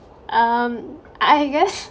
um I guess